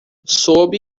sob